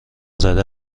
زده